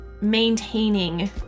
maintaining